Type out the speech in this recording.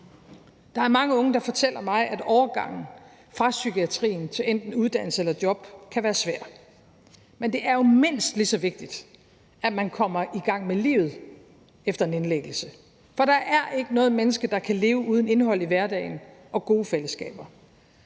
Der er mange unge, der fortæller mig, at overgangen fra psykiatrien til enten uddannelse eller job kan være svær, men det er jo mindst lige så vigtigt, at man kommer i gang med livet efter en indlæggelse. For der er ikke noget menneske, der kan leve uden indhold i hverdagen og gode fællesskaber.